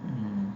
mm